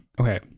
okay